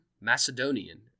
Macedonian